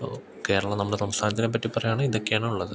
അപ്പോൾ കേരളം നമ്മൾ സംസ്ഥാനത്തിനെപ്പറ്റി പറയാണേൽ ഇതൊക്കെ ആണുള്ളത്